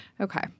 Okay